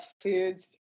foods